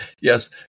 Yes